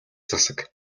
засаг